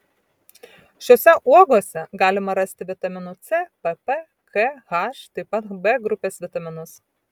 šiose uogose galima rasti vitaminų c pp k h taip pat b grupės vitaminus